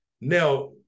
Now